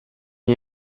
nie